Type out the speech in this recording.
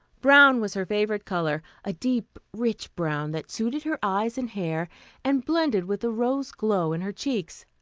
brown was her favorite color a deep, rich brown that suited her eyes and hair and blended with the rose glow in her cheeks.